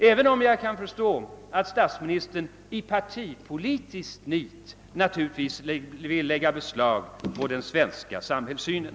Men jag kan naturligtvis förstå om statsministern i partipolitiskt nit vill lägga beslag på den svenska samhällssynen.